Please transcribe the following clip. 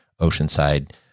Oceanside